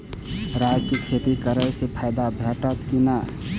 राय के खेती करे स फायदा भेटत की नै?